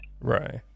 Right